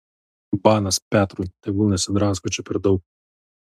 banas petrui tegul nesidrasko čia per daug